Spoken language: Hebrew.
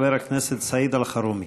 חבר הכנסת סעיד אלחרומי.